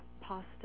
pasta